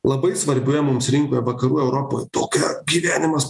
labai svarbioje mums rinkoje vakarų europoj tokia gyvenimas